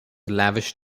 lavish